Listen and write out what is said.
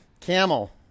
Camel